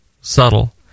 subtle